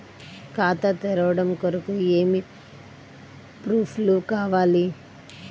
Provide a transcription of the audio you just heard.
ఖాతా తెరవడం కొరకు ఏమి ప్రూఫ్లు కావాలి?